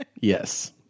Yes